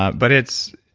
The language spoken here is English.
ah but it's,